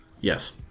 yes